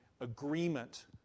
agreement